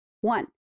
One